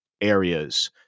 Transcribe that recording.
areas